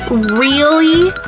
really!